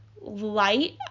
light